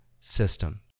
system